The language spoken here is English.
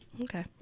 Okay